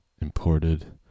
imported